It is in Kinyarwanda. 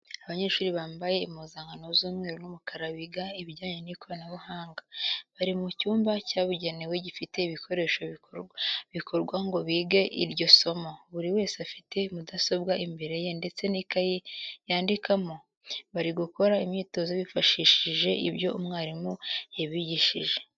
Abanyeshuri bambaye impuzankano z'umweru n'umukara biga ibijyanye n'ikoranabuhanga, bari mu cyumba cyabugenewe gifite ibikoresho bikorwa ngo bige iryo somo, buri wese afite mudasobwa imbere ye ndetse n'ikayi yandikamo, bari gukora imyitozo bifashishije ibyo umwarimu yabigishije.